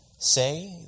Say